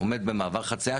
עומד במעבר חציה,